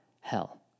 hell